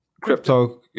crypto